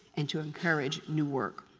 and to encourage new work.